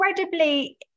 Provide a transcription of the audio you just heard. incredibly